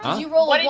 i rolled